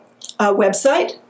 website